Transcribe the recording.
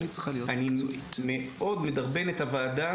אני מאוד מדרבן את הוועדה